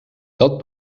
dat